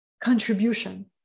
contribution